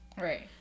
Right